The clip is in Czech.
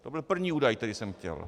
To byl první údaj, který jsem chtěl.